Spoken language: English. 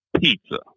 pizza